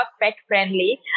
pet-friendly